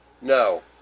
no